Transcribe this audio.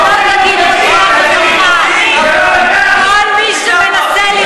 מה הוא עשה שם,